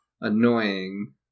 annoying